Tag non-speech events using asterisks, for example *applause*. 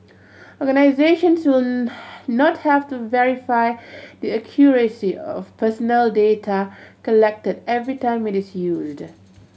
organisations will *noise* not have to verify the accuracy of personal data collected every time it is used